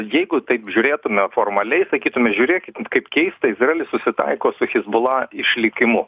jeigu taip žiūrėtume formaliai sakytume žiūrėkit kaip keista izraelis susitaiko su hizbula išlikimu